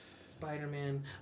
spider-man